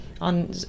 on